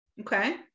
Okay